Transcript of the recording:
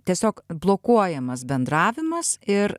tiesiog blokuojamas bendravimas ir